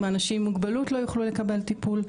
אם אנשים עם מוגבלות לא יוכלו לקבל טיפול.